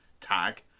tag